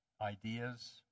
ideas